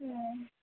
ए